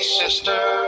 sister